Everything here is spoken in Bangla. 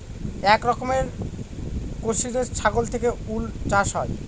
এক রকমের কাশ্মিরী ছাগল থেকে উল চাষ হয়